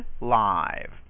live